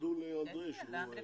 תודו לאנדרי קוז'ינוב.